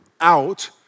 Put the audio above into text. out